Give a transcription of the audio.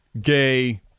gay